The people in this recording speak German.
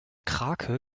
krake